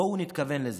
בואו נתכוון לזה.